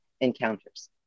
encounters